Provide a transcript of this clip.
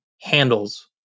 handles